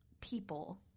people